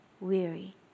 weary